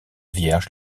vierge